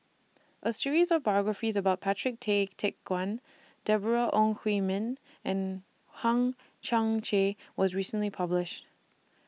A series of biographies about Patrick Tay Teck Guan Deborah Ong Hui Min and Hang Chang Chieh was recently published